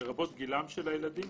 לרבות גילם של הילדים,